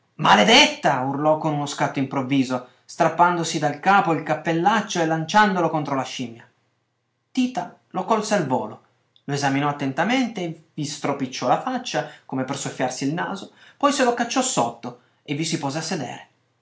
maledetta urlò con uno scatto improvviso strappandosi dal capo il cappellaccio e lanciandolo contro la scimmia tita lo colse al volo lo esaminò attentamente vi stropicciò la faccia come per soffiarsi il naso poi se lo cacciò sotto e vi si pose a sedere